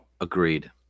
agreed